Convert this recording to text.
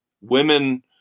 women